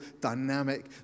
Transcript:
dynamic